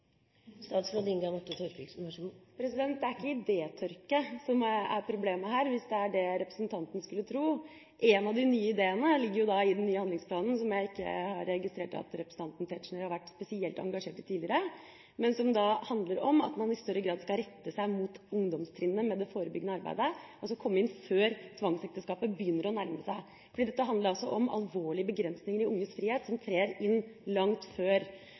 Det er ikke idétørke som er problemet her, hvis det er det representanten tror. Én av de nye ideene ligger i den nye handlingsplanen som jeg ikke har registrert at representanten Tetzschner har vært spesielt engasjert i tidligere, men som handler om at man i større grad skal rette seg mot ungdomstrinnet med det forebyggende arbeidet. Man skal komme inn før tvangsekteskapet begynner å nærme seg, for dette handler om alvorlige begrensninger i unges frihet som trer inn langt før.